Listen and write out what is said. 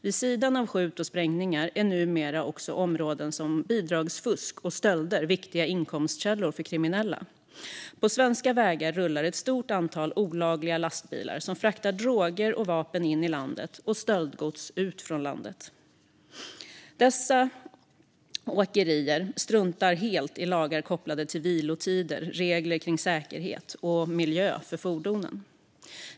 Vid sidan av skjutningar och sprängningar är numera också områden som bidragsfusk och stölder viktiga inkomstkällor för kriminella. På svenska vägar rullar ett stort antal olagliga lastbilar som fraktar droger och vapen in i landet och stöldgods ut från landet. Dessa åkerier struntar helt i lagar kopplade till vilotider, regler kring säkerhet och miljö för fordonen.